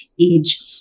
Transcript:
age